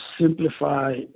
simplify